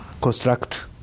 construct